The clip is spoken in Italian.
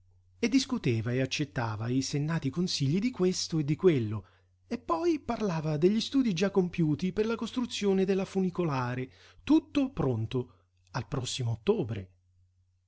e discuteva e accettava i sennati consigli di questo e di quello e poi parlava degli studii già compiuti per la costruzione della funicolare tutto pronto al prossimo ottobre